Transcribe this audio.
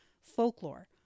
Folklore